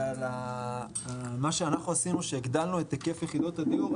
על מה שאנחנו שעשינו שהגדלנו את היקף יחידות הדיור,